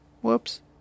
whoops